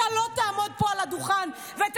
אתה לא תעמוד פה על הדוכן ותדבר.